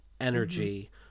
energy